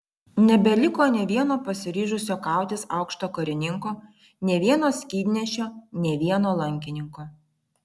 nebeliko nė vieno pasiryžusio kautis aukšto karininko nė vieno skydnešio nė vieno lankininko